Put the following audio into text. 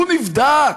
הוא נבדק,